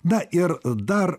na ir dar